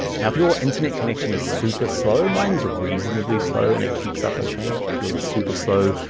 now if your internet connection is super slow, mine's reasonably slow and it keeps up okay. if yours is super slow,